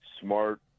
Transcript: Smart